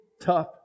tough